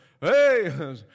hey